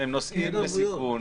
הם נושאים בסיכון,